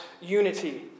unity